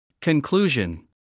Conclusion